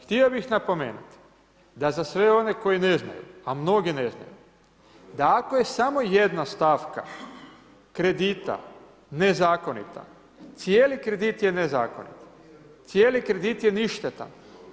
Htio bih napomenuti da za sve one koji ne znaju, a mnogi ne znaju da ako je samo jedna stavka kredita nezakonita cijeli kredit je nezakonit, cijeli kredit je ništetan.